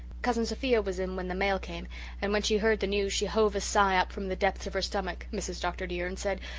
cousin sophia was in when the mail came and when she heard the news she hove a sigh up from the depths of her stomach, mrs. dr. dear, and said,